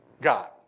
God